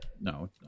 no